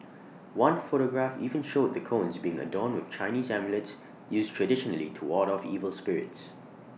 one photograph even showed the cones being adorn with Chinese amulets used traditionally to ward off evil spirits